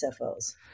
SFOs